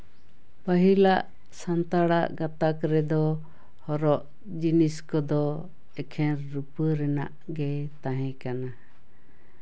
ᱯᱟᱹᱦᱤᱞᱟᱜ ᱥᱟᱱᱛᱟᱲᱟᱜ ᱜᱟᱛᱟᱠ ᱨᱮᱫᱚ ᱦᱚᱨᱚᱜ ᱡᱤᱱᱤᱥ ᱠᱚᱫᱚ ᱮᱠᱷᱮᱱ ᱨᱩᱯᱟᱹ ᱨᱮᱱᱟᱜ ᱜᱮ ᱛᱟᱦᱮᱸ ᱠᱟᱱᱟ